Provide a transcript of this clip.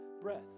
breath